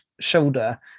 shoulder